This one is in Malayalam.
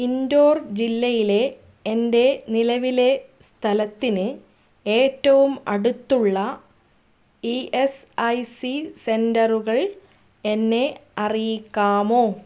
ഇൻഡോർ ജില്ലയിലെ എൻ്റെ നിലവിലെ സ്ഥലത്തിന് ഏറ്റവും അടുത്തുള്ള ഇ എസ് ഐ സി സെൻററുകൾ എന്നെ അറിയിക്കാമോ